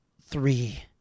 Three